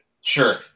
Sure